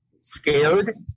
scared